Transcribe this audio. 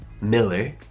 Miller